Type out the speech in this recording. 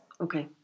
Okay